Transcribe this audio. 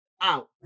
out